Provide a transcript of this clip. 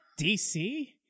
DC